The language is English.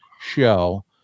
show